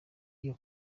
iyi